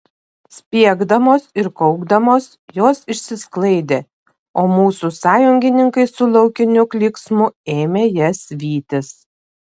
spiegdamos ir kaukdamos jos išsisklaidė o mūsų sąjungininkai su laukiniu klyksmu ėmė jas vytis